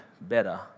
better